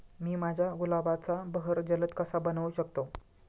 मी माझ्या गुलाबाचा बहर जलद कसा बनवू शकतो?